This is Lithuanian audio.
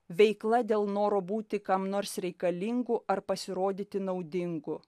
veikla dėl noro būti kam nors reikalingu ar pasirodyti naudingu